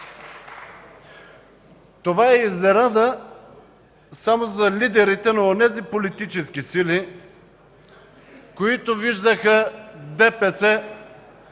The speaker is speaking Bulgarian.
Това е изненада само за лидерите на онези политически сили, които виждаха ДПС